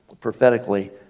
prophetically